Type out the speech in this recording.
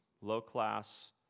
low-class